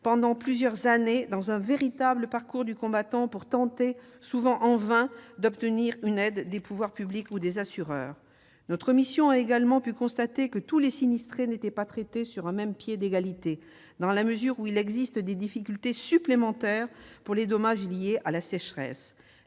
pendant plusieurs années, dans un véritable parcours du combattant pour tenter, souvent en vain, d'obtenir une aide des pouvoirs publics ou des assureurs. Notre mission a également pu constater que tous les sinistrés n'étaient pas placés sur un pied d'égalité, dans la mesure où il existe des difficultés supplémentaires pour l'indemnisation des dommages liés à la sécheresse.